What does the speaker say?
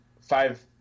five